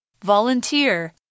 Volunteer